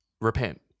repent